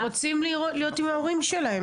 רוצים להיות עם ההורים שלהם.